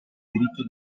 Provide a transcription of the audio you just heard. diritto